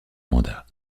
mandat